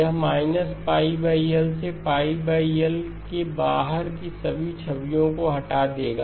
यह −π L से πL के बाहर की सभी छवियों को हटा देगा